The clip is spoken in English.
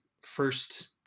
first